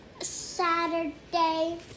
Saturday